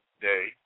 day